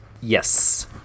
Yes